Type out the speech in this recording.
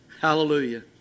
Hallelujah